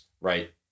right